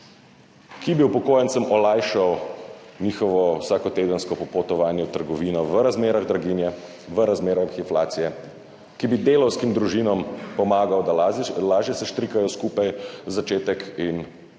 Ki bi upokojencem olajšal njihovo vsakotedensko popotovanje v trgovino v razmerah draginje, v razmerah inflacije. Ki bi delavskim družinam pomagal, da lažje seštrikajo skupaj začetek in konec